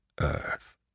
Earth